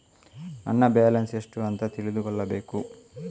ನನ್ನ ಬ್ಯಾಲೆನ್ಸ್ ಎಷ್ಟು ಅಂತ ತಿಳಿದುಕೊಳ್ಳಬೇಕು?